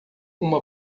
uma